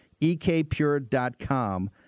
ekpure.com